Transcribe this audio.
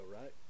right